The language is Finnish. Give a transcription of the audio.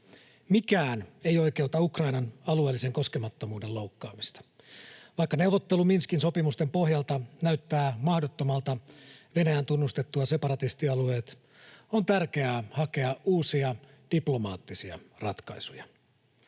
Mikään ei oikeuta Ukrainan alueellisen koskemattomuuden loukkaamista. Vaikka neuvottelu Minskin sopimusten pohjalta näyttää mahdottomalta Venäjän tunnustettua separatistialueet, on tärkeää hakea uusia, diplomaattisia ratkaisuja.